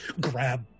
grab